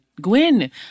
Gwen